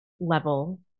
level